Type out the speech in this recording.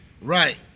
Right